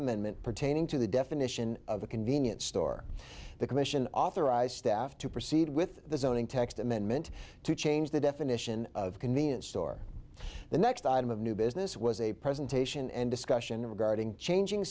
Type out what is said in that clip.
amendment pertaining to the definition of a convenience store the commission authorized staff to proceed with the zoning text amendment to change the definition of convenience store the next item of new business was a presentation and discussion regarding changing